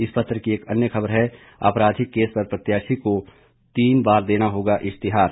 इस पत्र की एक अन्य ख़बर है आपराधिक केस पर प्रत्याशी को तीन बार देना होगा इश्तिहार